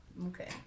Okay